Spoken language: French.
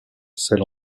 celle